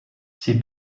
sie